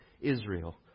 Israel